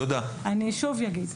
אני שוב אומר.